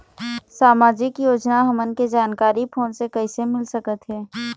सामाजिक योजना हमन के जानकारी फोन से कइसे मिल सकत हे?